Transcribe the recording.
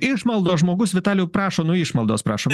išmaldos žmogus vitalijau prašo nu išmaldos prašo